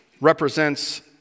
represents